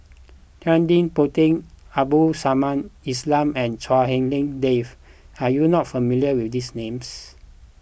Ted De Ponti Abdul Samad Ismail and Chua Hak Lien Dave are you not familiar with these names